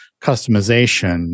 customization